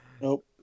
Nope